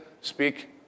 speak